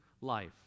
life